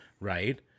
right